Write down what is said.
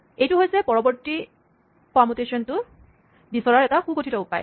এইটো হৈছে পৰবৰ্তী পাৰমুটেচনটো বিচৰাৰ এটা সুগঠিত উপায়